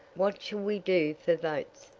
what shall we do for votes,